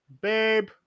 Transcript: Babe